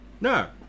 no